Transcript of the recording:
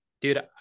dude